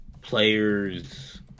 players